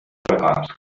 asked